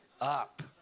up